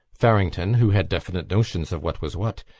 farrington, who had definite notions of what was what,